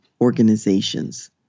organizations